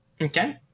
Okay